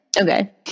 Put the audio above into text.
Okay